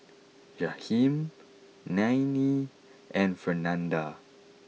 Jahiem Nanie and Fernanda